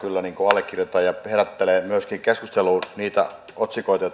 allekirjoitan se herättelee myöskin keskusteluun niitä otsikoita